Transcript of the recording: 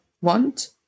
want